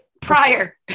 prior